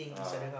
uh